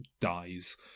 dies